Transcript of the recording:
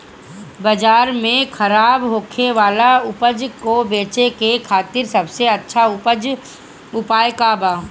बाजार में खराब होखे वाला उपज को बेचे के खातिर सबसे अच्छा उपाय का बा?